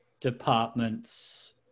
departments